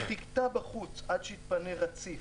היא חיכתה בחוץ עד שיתפנה רציף,